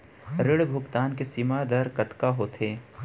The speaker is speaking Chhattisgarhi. ऋण भुगतान के सीमा दर कतका होथे?